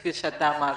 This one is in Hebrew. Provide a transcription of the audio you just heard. כפי שאמרת.